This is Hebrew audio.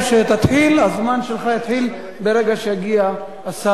הזמן שלך יתחיל ברגע שיגיע השר התורן.